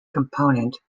component